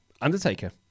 Undertaker